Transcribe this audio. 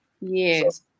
Yes